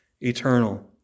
eternal